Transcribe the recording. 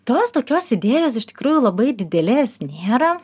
tos tokios idėjos iš tikrųjų labai didelės nėra